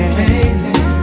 Amazing